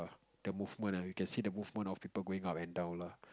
the movement ah you can see the movement of people going up and down lah